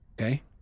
Okay